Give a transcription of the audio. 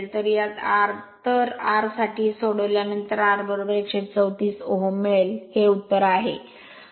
तर R साठी हे सोडवल्यानंतर R 134 Ω मिळेल हे उत्तर आहे